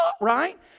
right